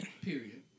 Period